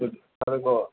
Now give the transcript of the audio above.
तपाईँको